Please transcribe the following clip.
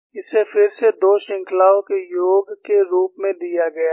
इसे फिर से दो श्रृंखलाओं के योग के रूप में दिया गया है